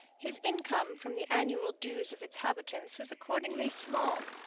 his income from the annual dues of its habitants was accordingly small,